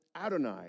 Adonai